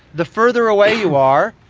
the further away you are,